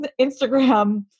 Instagram